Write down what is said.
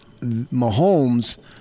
Mahomes